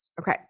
Okay